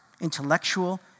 intellectual